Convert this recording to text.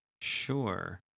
Sure